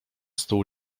stół